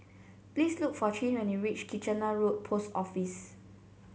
please look for Chin when you reach Kitchener Road Post Office